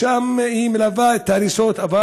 מלווה את ההריסות שם,